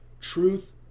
truth